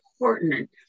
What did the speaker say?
important